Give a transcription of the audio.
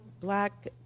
black